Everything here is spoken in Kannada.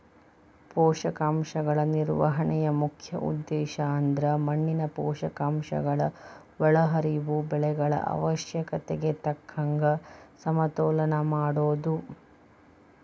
ಪೋಷಕಾಂಶಗಳ ನಿರ್ವಹಣೆಯ ಮುಖ್ಯ ಉದ್ದೇಶಅಂದ್ರ ಮಣ್ಣಿನ ಪೋಷಕಾಂಶಗಳ ಒಳಹರಿವು ಬೆಳೆಗಳ ಅವಶ್ಯಕತೆಗೆ ತಕ್ಕಂಗ ಸಮತೋಲನ ಮಾಡೋದು